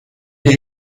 der